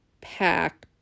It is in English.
pack